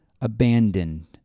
abandoned